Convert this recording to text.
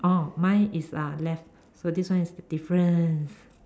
oh mine is uh left so this one is the difference